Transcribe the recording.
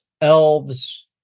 elves